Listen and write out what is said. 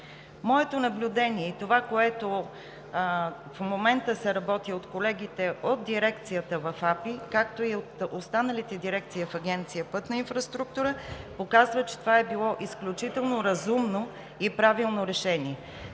Моето наблюдение и това, по което в момента се работи от колегите от дирекцията в АПИ, както и от останалите дирекции в Агенция „Пътна инфраструктура“, показва, че това е било изключително разумно и правилно решение.